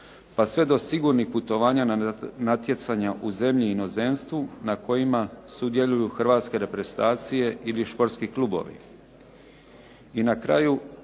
pa sve do sigurnih putovanja na natjecanja u zemlji inozemstvu na kojima sudjeluju hrvatske reprezentacije ili športski klubovi.